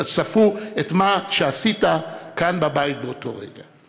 צפו במה שעשית כאן בבית באותו רגע.